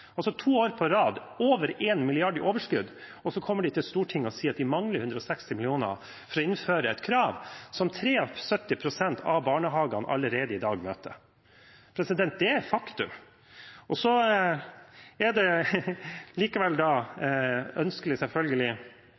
To år på rad er det over 1 mrd. kr i overskudd, og så kommer de til Stortinget og sier at de mangler 160 mill. kr for å innføre et krav som 73 pst. av barnehagene allerede i dag møter. Det er et faktum. Så er det likevel ønskelig, selvfølgelig,